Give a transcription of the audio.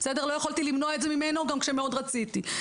לא יכולתי למנוע את זה ממנו גם כשמאוד רציתי.